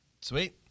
Sweet